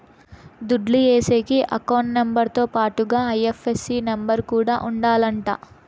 దుడ్లు ఏసేకి account number తో పాటుగా ఐ.ఎఫ్.ఎస్.సి నెంబర్ కూడా ఉండాలంట